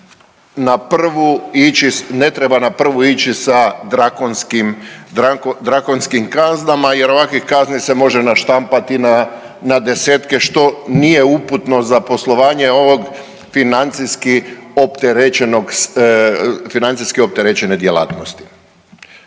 na prvu ići, ne treba na prvu ići sa drakonskim kaznama, jer ovakvih se drakonskih kazni može naštampati na desetke što nije uputno za poslovanje ovog financijski opterećene djelatnosti.